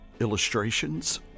illustrations